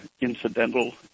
incidental